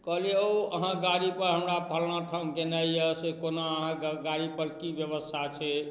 कहलियै औ अहाँकेँ गाड़ी पर हमरा फलना ठाम गेनाइ यऽ से कोना अहाँके गाड़ी पर की व्यवस्था छै